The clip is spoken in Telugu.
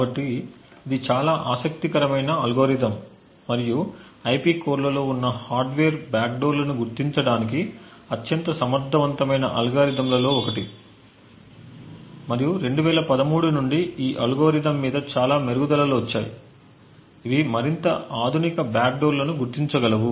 కాబట్టి ఇది చాలా ఆసక్తికరమైన అల్గోరిథం మరియు ఐపి కోర్లలో ఉన్న హార్డ్వేర్ బ్యాక్ డోర్లను గుర్తించడానికి అత్యంత సమర్థవంతమైన అల్గోరిథంలలో ఒకటి మరియు 2013 నుండి ఈ అల్గోరిథం మీద చాలా మెరుగుదలలు వచ్చాయి ఇవి మరింత ఆధునిక బ్యాక్ డోర్లను గుర్తించగలవు